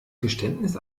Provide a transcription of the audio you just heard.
geständnis